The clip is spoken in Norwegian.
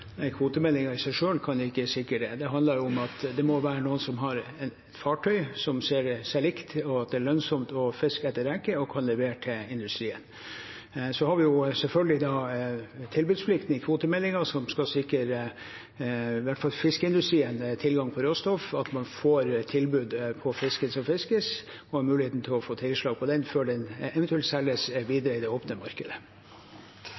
i seg selv kan ikke sikre det. Det handler om at det må være noen som har et fartøy og ser en mulighet for at det kan være lønnsomt å fiske etter reke, og kan levere til industrien. Vi har selvfølgelig tilbudsplikten i kvotemeldingen som skal sikre fiskeindustrien tilgang på råstoff, at man får tilbud på fisken som fiskes og har muligheten for å få tilslag på den før den eventuelt selges